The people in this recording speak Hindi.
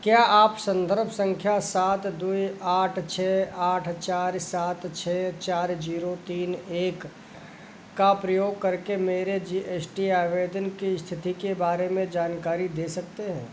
क्या आप संदर्भ संख्या सात दो आठ छः आठ चार सात छः चार जीरो तीन एक का प्रयोग करके मेरे जी एस टी आवेदन की स्थिति के बारे में जानकारी दे सकते हैं